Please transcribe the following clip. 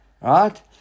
Right